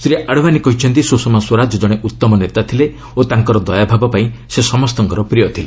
ଶ୍ରୀ ଆଡଭାନୀ କହିଛନ୍ତି ସୁଷମା ସ୍ୱରାଜ କଣେ ଉତ୍ତମ ନେତା ଥିଲେ ଓ ତାଙ୍କର ଦୟାଭାବ ପାଇଁ ସେ ସମସ୍ତଙ୍କର ପ୍ରିୟ ଥିଲେ